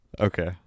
Okay